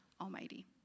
Almighty